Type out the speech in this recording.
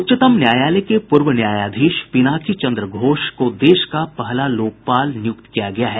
उच्चतम न्यायालय के पूर्व न्यायाधीश पिनाकी चंद्र घोष को देश का पहला लोकपाल नियुक्त किया गया है